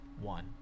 one